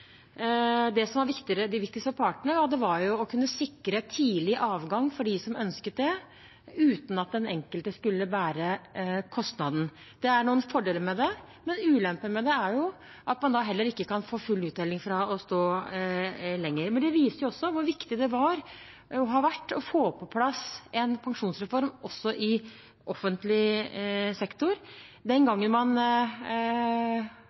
Det som var det viktigste for partene, var å kunne sikre tidlig avgang for dem som ønsket det, uten at den enkelte skulle bære kostnaden. Det er noen fordeler med det, men ulempen er at man heller ikke kan få full uttelling for å stå lenger. Det viser også hvor viktig det har vært å få på plass en pensjonsreform også i offentlig sektor. Den